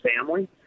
family